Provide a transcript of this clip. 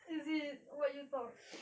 is it what you talk